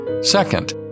Second